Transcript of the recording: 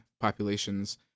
populations